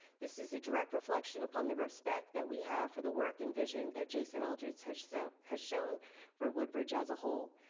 this is a direct reflection upon the respect that we have for the work and vision that jason eldredge has so has shown for woodbridge as a whole.